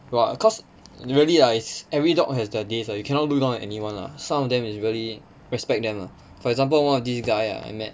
!wah! cause really lah it's every dog has their days lah you cannot look down on any one lah some of them is really respect them lah for example one of these guy ah I met